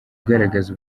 ugaragaza